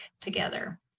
together